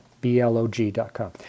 b-l-o-g.com